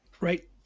Right